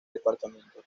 departamentos